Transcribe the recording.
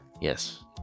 Yes